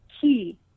key